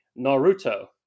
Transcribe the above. Naruto